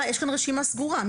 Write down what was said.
יש כאן רשימה סגורה.